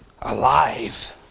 alive